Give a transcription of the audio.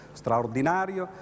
straordinario